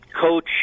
coach